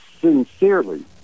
sincerely